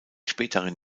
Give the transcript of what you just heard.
späteren